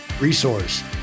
resource